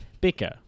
Bicker